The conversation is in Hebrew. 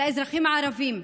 של האזרחים הערבים,